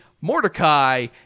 Mordecai